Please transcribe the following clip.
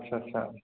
आदसा आदसा